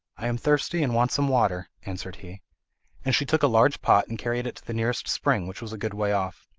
i am thirsty and want some water answered he and she took a large pot and carried it to the nearest spring, which was a good way off.